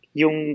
yung